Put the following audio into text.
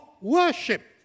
worship